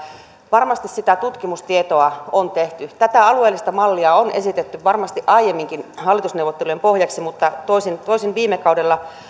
varmasti sitä tutkimustietoa on tehty tätä alueellista mallia on esitetty varmasti aiemminkin hallitusneuvottelujen pohjaksi mutta toisin viime kaudella